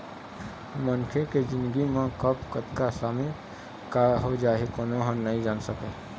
मनखे के जिनगी म कब, कतका समे का हो जाही कोनो ह नइ जान सकय